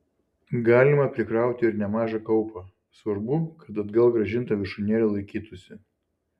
galima prikrauti ir nemažą kaupą svarbu kad atgal grąžinta viršūnėlė laikytųsi